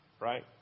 right